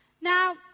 Now